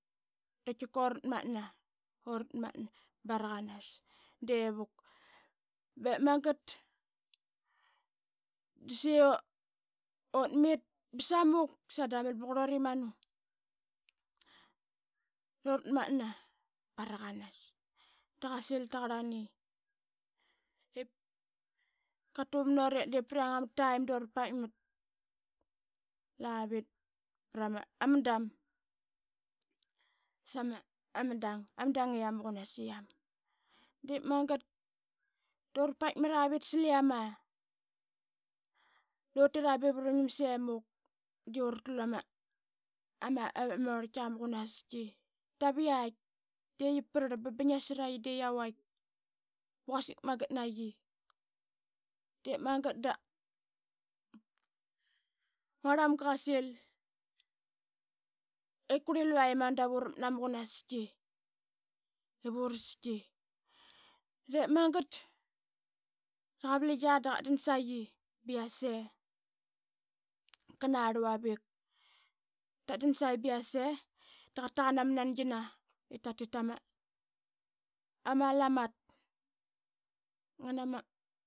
Da qaitkika uratmatna, ura tmatna baraqanas devuk. Diip magat da saiqi utmit samuk sada mal ba qurluri uri manu dura tmatna banas da qasil taqarlani ip qatuvam nut ip priang ama dura paitmat lavit prama dam sama dang ama dangiam ama qunasiam. De magat da ura paitmravit saliyama butira bep ura mngim semuk, de uratla ma ama ama orltkia ma quanasqi da iyait de iyaprarl ba bing narsraqi ba ya vait ba quasik magat naqi. Diip magat da angrl mamga qasil ip qurli luqia imanu dap ura rakmat nama qunastki ivurstki. De magat da qaverngia da qatdan saiqi ba iyase. Qana rluavik, ratdan saiqi ba i yase da qataqan ama nangina ip tatit tama ama lamat. Nana ma.